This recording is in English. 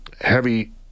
heavy